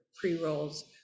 pre-rolls